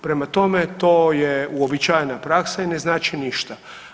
Prema tome, to je uobičajena praksa i ne znači ništa.